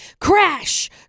Crash